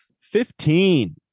Fifteen